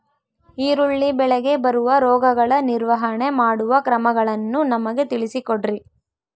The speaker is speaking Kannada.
ಈರುಳ್ಳಿ ಬೆಳೆಗೆ ಬರುವ ರೋಗಗಳ ನಿರ್ವಹಣೆ ಮಾಡುವ ಕ್ರಮಗಳನ್ನು ನಮಗೆ ತಿಳಿಸಿ ಕೊಡ್ರಿ?